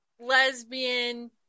lesbian